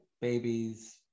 babies